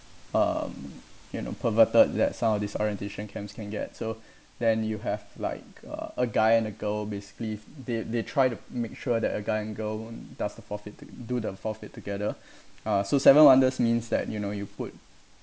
um you know perverted that some of these orientation camps can get so then you have like uh a guy and a girl basically they they try to make sure that a guy and girl does the forfeit to do the forfeit together uh so seven wonders means that you know you put